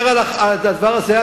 אם אתה מדבר על הדבר הזה,